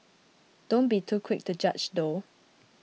don't be too quick to judge though